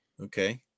Okay